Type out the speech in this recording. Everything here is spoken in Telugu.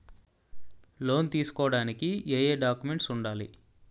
లోన్ తీసుకోడానికి ఏయే డాక్యుమెంట్స్ వుండాలి?